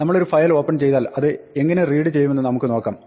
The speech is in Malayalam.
നമ്മളൊരു ഫയൽ ഓപ്പൺ ചെയ്താൽ അത് എങ്ങിനെ റീഡ് ചെയ്യുമെന്ന് നമുക്ക് നോക്കാം